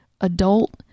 adult